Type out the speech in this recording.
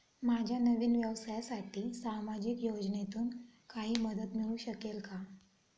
माझ्या नवीन व्यवसायासाठी सामाजिक योजनेतून काही मदत मिळू शकेल का?